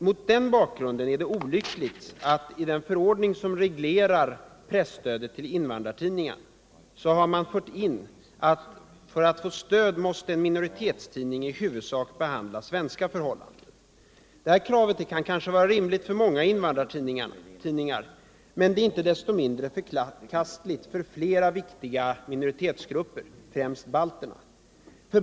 Mot den bakgrunden är det olyckligt att man iden förordning som reglerar presstödet till invandrartidningar har fört in bestämmelsen, att för att få stöd måste en minoritetstidning i huvudsak behandla svenska förhållanden. Det kravet kan kanske vara rimligt för många invandrartidningar, men det är inte Nr 120 desto mindre förkastligt när det gäller flera viktiga minoritetsgrupper, främst balterna.